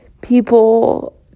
people